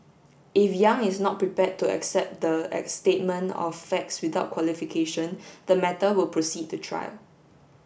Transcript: if Yang is not prepared to accept the statement of facts without qualification the matter will proceed to trial